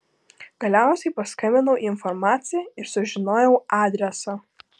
galiausiai paskambinau į informaciją ir sužinojau adresą